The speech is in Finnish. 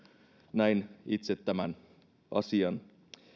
näin itse tämän asian